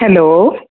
hello